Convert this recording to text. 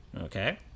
okay